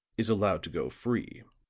is allowed to go free.